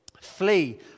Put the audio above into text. Flee